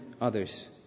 others